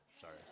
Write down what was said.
Sorry